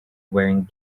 wearing